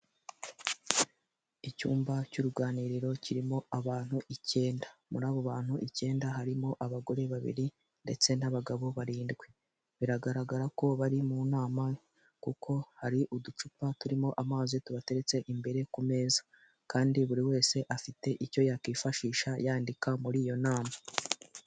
Icyumba cy'uruganiriro kirimo abantu icyenda muri abo bantu icyenda harimo abagore babiri ndetse n'abagabo barindwi, biragaragara ko bari mu nama kuko hari uducupa turimo amazi tubateretse imbere ku meza kandi buri wese afite icyo yakwifashisha yandika muri iyo nama.